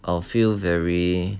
I will feel very